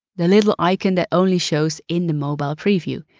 the little icon that only shows in the mobile preview.